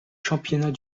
championnats